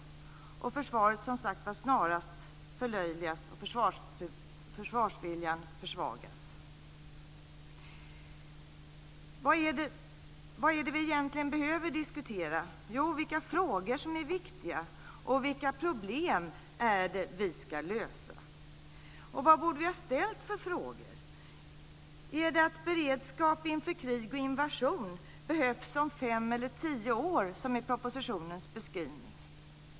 Försvaret förlöjligas som sagt var snarast, och försvarsviljan försvagas. Vad är det egentligen vi behöver diskutera? Jo, vi behöver diskutera vilka frågor som är viktiga och vilka problem vi ska lösa. Vad borde vi ha ställt för frågor? Gäller det om beredskap inför krig och invasion behövs om fem eller tio år, som det beskrivs i propositionen?